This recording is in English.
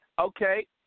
Okay